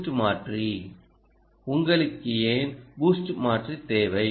boost மாற்றி உங்களுக்கு ஏன் பூஸ்ட் மாற்றி தேவை